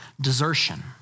desertion